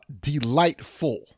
delightful